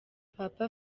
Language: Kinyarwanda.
papa